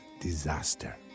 disaster